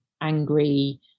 angry